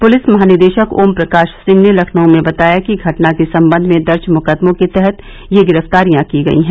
police महानिदेशक ओम प्रकाश सिंह ने लखनऊ में बताया कि घटना के संबंध में दर्ज मुकदमों के तहत यह गिरफ्तारिया की गई हैं